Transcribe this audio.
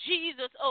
Jesus